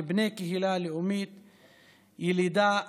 כבני קהילה לאומית ילידה,